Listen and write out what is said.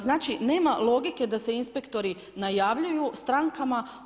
Znači, nema logike da se inspektori najavljuju strankama.